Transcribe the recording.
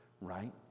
right